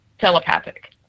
telepathic